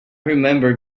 remember